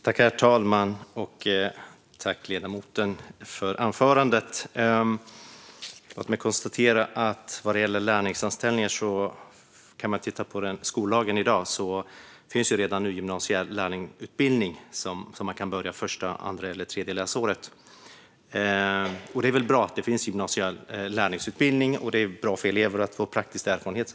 Herr talman! Jag tackar ledamoten för anförandet. Låt mig när det gäller lärlingsanställningar konstatera att det redan i dag i skollagen finns gymnasielärlingsutbildning som man kan börja första, andra eller tredje läsåret. Det är väl bra att det finns gymnasielärlingsutbildning, och det är bra för elever att få praktisk erfarenhet.